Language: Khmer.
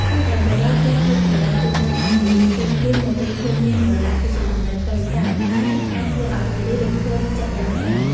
ការដែលបុរសចេះហុចក្រដាសជូតមាត់ឱ្យនារីភ្លាមៗនៅពេលឃើញមានប្រឡាក់ គឺជាចំណុចតូចតាចតែអាចធ្វើឱ្យនារីរំភើបចិត្តយ៉ាងខ្លាំង។